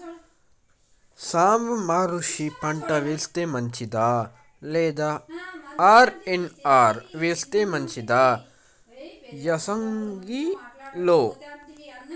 సాంబ మషూరి పంట వేస్తే మంచిదా లేదా ఆర్.ఎన్.ఆర్ వేస్తే మంచిదా యాసంగి లో?